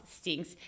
stinks